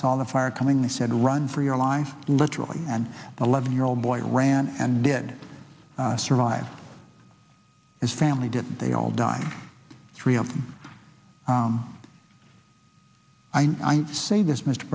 saw the fire coming he said run for your life literally and eleven year old boy ran and did survive his family didn't they all die three of them i say this mr